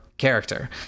character